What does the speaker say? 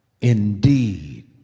Indeed